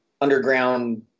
underground